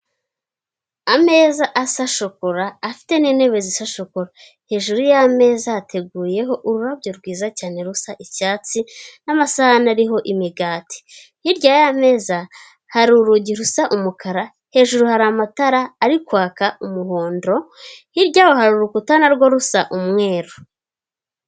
Ameza asa shokora, afite n'intebe zisa shokora, hejuru y'ameza yateguyeho ururabyo rwiza cyane rusa icyatsi, n'amasahani ariho imigati. Hirya y'ameza hari urugi rusa umukara hejuru hari amatara ari kwaka umuhondo hirya hari urukuta na rwo rusa umweru.